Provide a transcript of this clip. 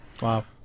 Wow